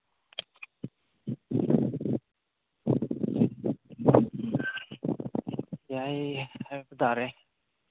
ꯌꯥꯏ ꯌꯥꯏ ꯍꯥꯏꯕ ꯇꯥꯔꯦ